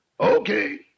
Okay